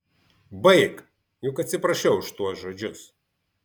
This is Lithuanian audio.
baik juk atsiprašiau už tuos žodžius